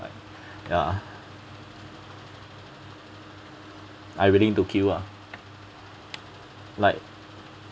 ya I willing to queue ah like